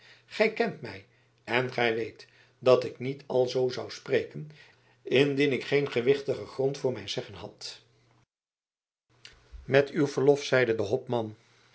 gij kent mij en gij weet dat ik niet alzoo zou spreken indien ik geen gewichtigen grond voor mijn zeggen had met uw verlof zeide de hopman